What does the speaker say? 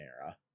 era